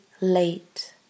late